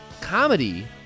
Comedy